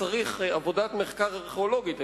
וצריך עבודת מחקר ארכיאולוגית.